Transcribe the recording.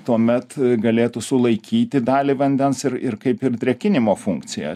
tuomet galėtų sulaikyti dalį vandens ir ir kaip ir drėkinimo funkciją